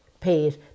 paid